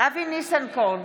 אבי ניסנקורן,